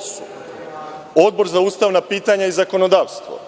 su: Odbor za ustavna pitanja i zakonodavstvo,